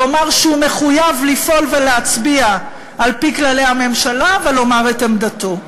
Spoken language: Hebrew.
לומר שהוא מחויב לפעול ולהצביע על-פי כללי הממשלה ולומר את עמדתו.